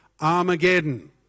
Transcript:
Armageddon